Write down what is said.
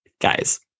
guys